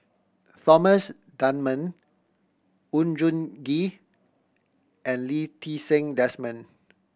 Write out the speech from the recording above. Thomas Dunman Oon Jin Gee and Lee Ti Seng Desmond